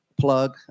plug